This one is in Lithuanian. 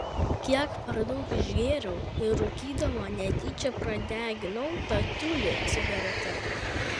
kiek per daug išgėriau ir rūkydama netyčia pradeginau tą tiulį cigarete